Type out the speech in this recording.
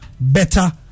better